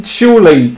surely